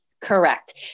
Correct